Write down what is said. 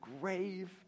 grave